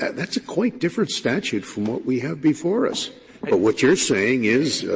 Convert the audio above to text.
and that's a quite different statute from what we have before us. but what you're saying is,